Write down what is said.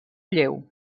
lleu